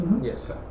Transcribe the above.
Yes